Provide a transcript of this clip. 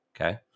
Okay